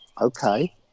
okay